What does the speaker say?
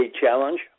challenge